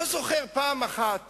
אני לא זוכר פעם אחת